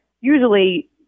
usually